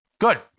Good